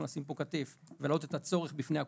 לתת פה כתף ולהעלות את הצורך בפני הקופה: